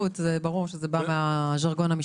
בא מהז'רגון המשפטי.